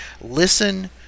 listen